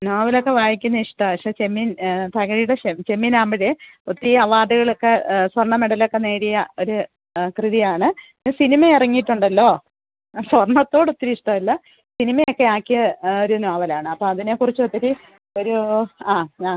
നോവലൊക്കെ വായിക്കുന്നത് ഇഷ്ടമാണ് പക്ഷേ ചെമ്മീൻ തകഴിയുടെ ചെ ചെമ്മീനാവുമ്പോഴ് ഒത്തിരി അവാർഡുകളൊക്കെ സ്വർണ്ണ മെഡലൊക്കെ നേടിയ ഒരു കൃതിയാണ് സിനിമ ഇറങ്ങിയിട്ടുണ്ടല്ലോ സ്വർണ്ണത്തോടൊത്തിരി ഇഷ്ടമല്ല സിനിമയൊക്കെ ആക്കിയ ഒരു നോവലാണ് അപ്പോള് അതിനെ കുറിച്ചൊത്തിരി ഒരൂ ആ ആ